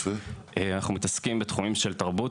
אנחנו מתעסקים בנושאים של תרבות,